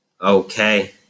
Okay